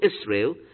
israel